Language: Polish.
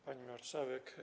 Pani Marszałek!